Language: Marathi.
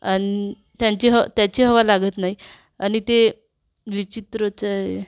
अन् त्यांची ह त्याची हवा लागत नाही आणि ते विचित्रच आहे